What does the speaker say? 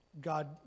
God